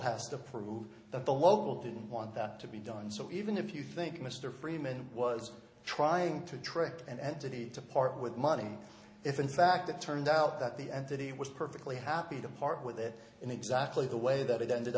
has to prove that the local didn't want that to be done so even if you think mr freeman was trying to trick an entity to part with money if in fact it turned out that the entity was perfectly happy to part with it in exactly the way that it ended